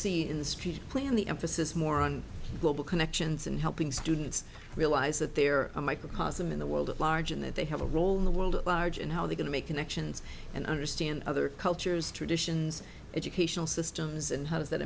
the street plan the emphasis more on global connections and helping students realise that they're a microcosm in the world at large in that they have a role in the world at large and how they can make connections and understand other cultures traditions educational systems and how does that